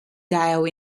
dial